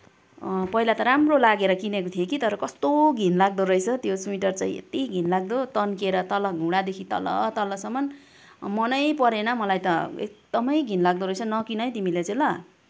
पहिला त राम्रो लागेर किनेको थिएँ कि तर कस्तो घिनलाग्दो रहेछ त्यो स्विटर चाहिँ यति घिनलाग्दो तन्किएर तल घुँडादेखि तल तलसम्म मनै परेन मलाई त एकदमै घिनलाग्दो रहेछ नकिन है तिमीले चाहिँ ल